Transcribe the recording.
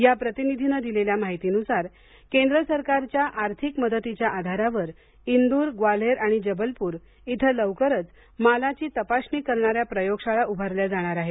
या प्रतिनिधीनं दिलेल्या माहितीनुसार केंद्र सरकारच्या आर्थिक मदतीच्या आधारावर इंदूर ग्वाल्हेर आणि जबलपूर इथं लवकरच मालाची तपासणी करणाऱ्या प्रयोगशाळा उभारल्या जाणार आहेत